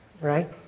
right